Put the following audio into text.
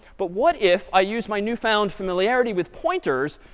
but what if i use my new-found familiarity with pointers,